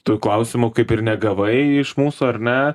tuo klausimo kaip ir negavai iš mūsų ar ne